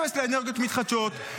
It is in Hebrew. אפס לאנרגיות מתחדשות,